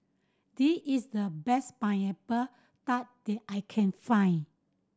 the is the best Pineapple Tart that I can find